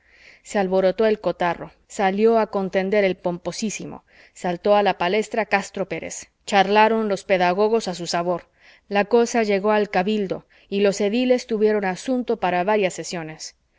se alborotó el cotarro salió a contender el pomposísimo saltó a la palestra castro pérez charlaron los pedagogos a su sabor la cosa llegó al cabildo y los ediles tuvieron asunto para varias sesiones